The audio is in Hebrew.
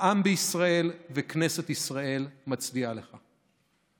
העם בישראל וכנסת ישראל מצדיעים לך.